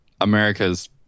America's